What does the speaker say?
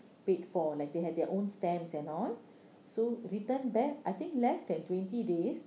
paid for like they have their own stamps and all so return back I think less than twenty days